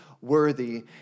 worthy